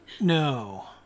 No